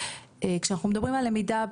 כשאנחנו מדברים על למידה,